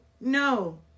No